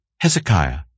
Hezekiah